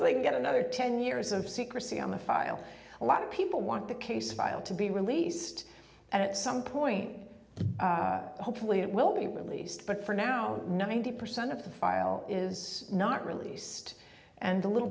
they get another ten years of secrecy on the file a lot of people want the case file to be released at some point hopefully it will be released but for now ninety percent of the file is not released and the little